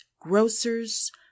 grocers